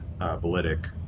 Validic